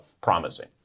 promising